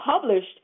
published